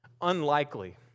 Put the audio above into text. unlikely